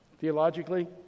theologically